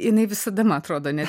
jinai visada ma atrodo ne